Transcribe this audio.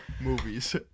Movies